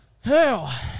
Hell